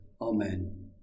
Amen